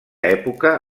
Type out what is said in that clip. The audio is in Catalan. època